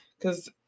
Cause